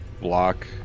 block